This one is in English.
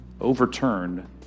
overturned